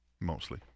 Mostly